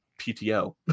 PTO